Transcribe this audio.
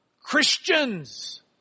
Christians